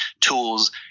tools